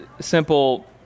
simple